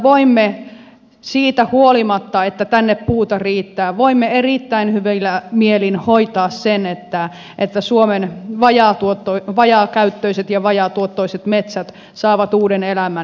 voimme huolimatta siitä että tänne puuta riittää erittäin hyvillä mielin hoitaa sen että suomen vajaakäyttöiset ja vajaatuottoiset metsät saavat uuden elämän